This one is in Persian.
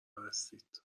هستید